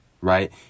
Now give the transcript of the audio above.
right